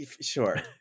sure